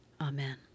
Amen